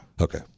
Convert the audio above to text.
Okay